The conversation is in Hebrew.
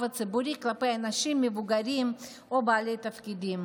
הציבורי כלפי אנשים מבוגרים או בעלי תפקידים.